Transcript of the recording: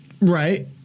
Right